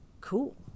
Cool